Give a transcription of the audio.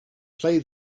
play